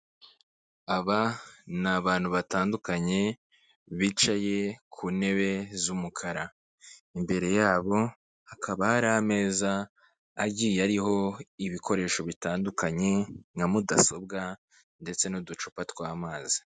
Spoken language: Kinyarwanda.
Aba ni abantu batandukanye, bicaye ku ntebe z'umukara. Imbere yabo hakaba hari ameza, agiye ariho ibikoresho bitandukanye nka mudasobwa ndetse n'uducupa tw'amazi.